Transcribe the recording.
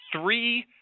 three